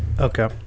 Okay